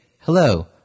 hello